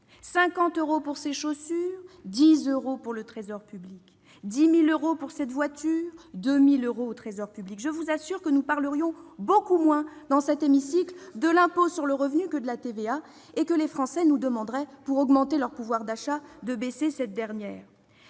50 euros pour ces chaussures, 10 euros pour le Trésor public ; 10 000 euros pour cette voiture, 2 000 euros pour le Trésor public ! Je vous l'assure, nous parlerions beaucoup moins dans cet hémicycle de l'impôt sur le revenu que de la TVA, et les Français nous demanderaient de baisser cette dernière